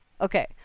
Okay